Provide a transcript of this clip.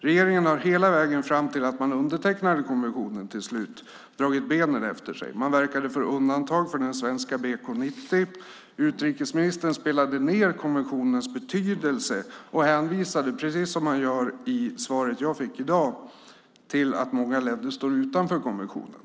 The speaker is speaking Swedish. Regeringen har hela vägen fram till att man till slut undertecknade konventionen dragit benen efter sig. Man verkade för undantag för svenska BK90. Utrikesministern spelade ned konventionens betydelse och hänvisade, precis som han gör i det svar jag i dag fått, till att många länder står utanför konventionen.